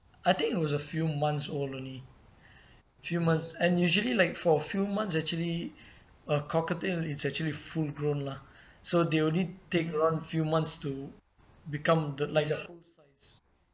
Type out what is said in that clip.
I think it was a few months old only few months and usually like for a few months actually a cockatiel is actually full grown lah so they only take around a few months to become the like the full size